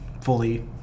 fully